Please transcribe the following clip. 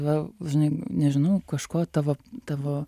va žinai nežinau kažko tavo tavo